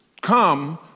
come